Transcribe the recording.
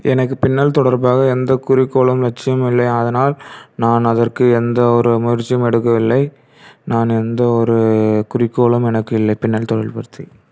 எனது பின்னால் தொடர்பாக எந்த குறிக்கோளும் லட்சியமும் இல்லை அதனால் நான் அதற்கு எந்தவொரு முயற்சியும் எடுக்கவில்லை நான் எந்தவொரு குறிக்கோளும் எனக்கு